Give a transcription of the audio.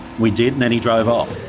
we did. and then he drove off.